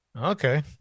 okay